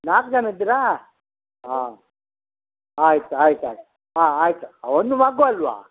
ನಾಲ್ಕು ಜನ ಇದ್ದೀರಾ ಹಾಂ ಆಯ್ತು ಆಯ್ತು ಆಯ್ತು ಹಾಂ ಆಯಿತು ಒಂದು ಮಗು ಅಲ್ಲವಾ